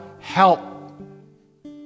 help